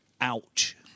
Ouch